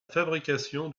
fabrication